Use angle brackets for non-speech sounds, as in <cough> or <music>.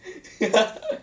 <laughs>